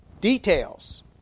Details